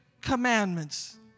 commandments